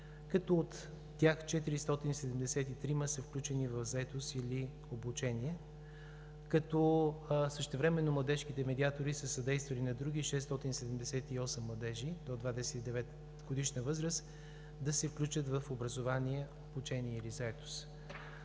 От тях 473 са включени в заетост или обучение. Същевременно младежките медиатори са съдействали на други 678 младежи до 29-годишна възраст да се включат в образование, обучение или заетост.